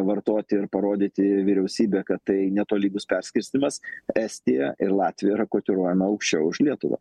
vartoti ir parodyti vyriausybė kad tai netolygus perskirstymas estija ir latvija yra kotiruojama aukščiau už lietuvą